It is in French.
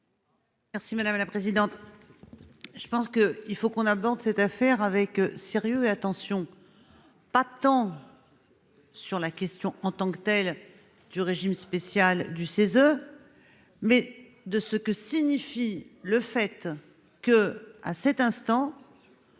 Merci madame la présidente. Je pense que il faut qu'on aborde cette affaire avec sérieux et attention. Pas tant. Sur la question en tant que telle, du régime spécial du CESE. Mais de ce que signifie le fait que, à cet instant.